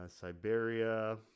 Siberia